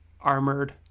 armored